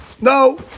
No